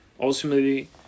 ultimately